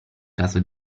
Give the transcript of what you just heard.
caso